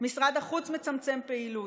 משרד החוץ מצמצם פעילות,